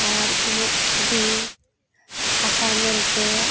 ᱟᱨ ᱤᱧᱟᱹᱜ ᱪᱷᱚᱵᱤ ᱟᱸᱠᱟᱣ ᱧᱮᱞ ᱛᱮ